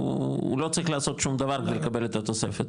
הוא לא צריך לעשות שום דבר כדי לקבל את התוספת.